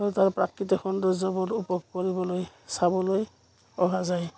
আৰু তাৰ প্ৰাকৃতিক সৌন্দৰ্যবোৰ উপভোগ কৰিবলৈ চাবলৈ অহা যায়